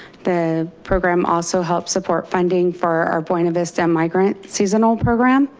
the program also helps support funding for our buena vista migrant seasonal program.